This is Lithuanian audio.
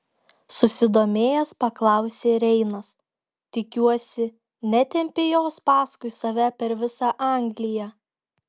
susidomėjęs paklausė reinas tikiuosi netempei jos paskui save per visą angliją